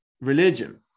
religion